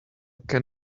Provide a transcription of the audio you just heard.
can